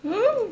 well